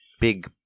big